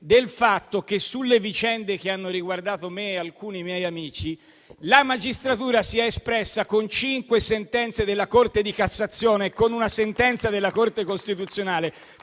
del fatto che, sulle vicende che hanno riguardato me e alcuni miei amici, la magistratura si è espressa con cinque sentenze della Corte di cassazione e con una sentenza della Corte costituzionale.